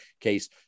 case